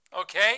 okay